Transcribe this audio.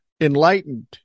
enlightened